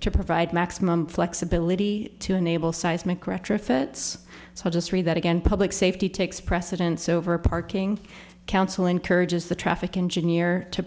to provide maximum flexibility to enable seismic retrofits so just read that again public safety takes precedence over parking council encourages the traffic engineer to